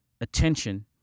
attention